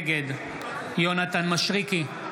נגד יונתן מישרקי,